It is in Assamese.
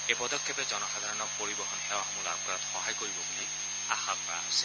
এই পদক্ষেপে জনসাধাৰণক পৰিবহন সেৱাসমূহ লাভ কৰাত সহায় কৰিব বুলি আশা কৰা হৈছে